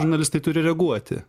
žurnalistai turi reaguoti